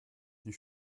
die